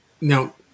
now